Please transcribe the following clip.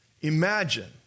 Imagine